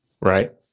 right